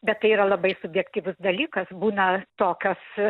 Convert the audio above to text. bet tai yra labai subjektyvus dalykas būna tokios